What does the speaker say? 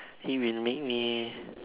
it will make me